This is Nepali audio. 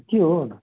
के हो हन